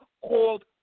called